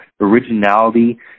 originality